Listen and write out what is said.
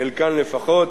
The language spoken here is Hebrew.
חלקן, לפחות,